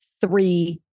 three